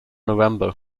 november